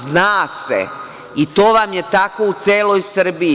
Zna se, i to vam je tako u celoj Srbiji.